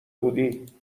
بودی